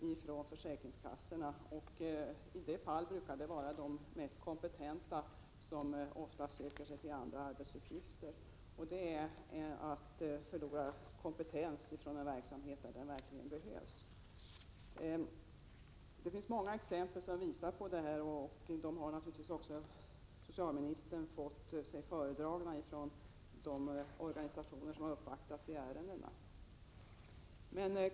I sådana fall brukar det ofta vara de mest kompetenta som söker sig till andra arbetsuppgifter. För försäkringskassornas del skulle detta innebära att man förlorade en kompetens där den verkligen behövs. Det finns många exempel som visar att sådana här problem kan uppstå. Socialministern har säkert fått dem belysta av de organisationer som har uppvaktat henne i dessa ärenden.